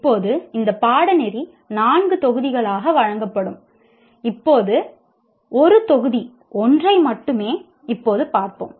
இப்போது இந்த பாடநெறி 4 தொகுதிகளாக வழங்கப்படும் இப்போது 1 தொகுதி 1 ஐ மட்டுமே இப்போது பார்ப்போம்